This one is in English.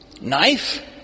knife